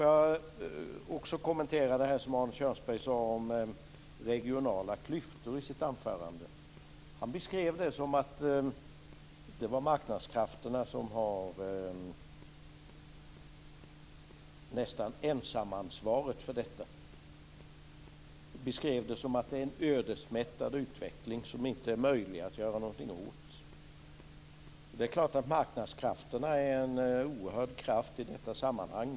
Jag vill också kommentera det som Arne Kjörnsberg sade i sitt anförande om regionala klyftor. Han beskrev det som att det var marknadskrafterna som nästan hade ensamansvaret för detta. Han beskrev det som att det är en ödesmättad utveckling som det inte är möjligt att göra något åt. Det är klart att marknadskrafterna är en oerhörd kraft i detta sammanhang.